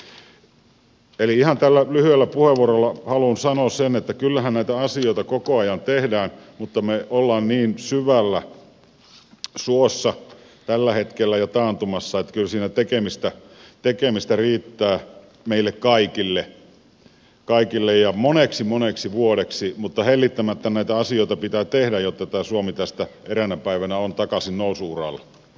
eli tällä lyhyellä puheenvuorolla haluan sanoa sen että kyllähän näitä asioita koko ajan tehdään mutta me olemme niin syvällä suossa tällä hetkellä jo taantumassa että kyllä siinä tekemistä riittää meille kaikille ja moneksi moneksi vuodeksi mutta hellittämättä näitä asioita pitää tehdä jotta tämä suomi tästä eräänä päivänä on takaisin nousu uralla